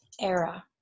era